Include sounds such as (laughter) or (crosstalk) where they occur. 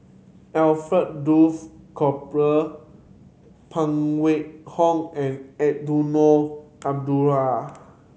Alfred Duff Cooper Phan Wait Hong and Eddino Abdul (unintelligible)